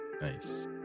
Nice